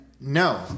no